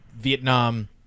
Vietnam